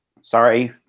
sorry